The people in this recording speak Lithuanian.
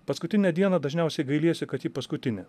paskutinę dieną dažniausiai gailiesi kad ji paskutinė